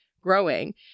growing